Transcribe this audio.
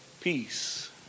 peace